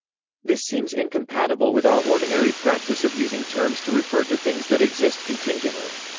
this seems incompatible with our ordinary practice of using terms to refer to things that exist contingently.